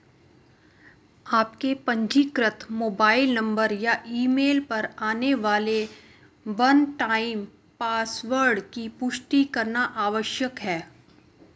आपके पंजीकृत mobile number या ईमेल पर आने वाले वन टाइम पासवर्ड की पुष्टि करना आवश्यक है